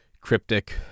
cryptic